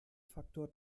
faktor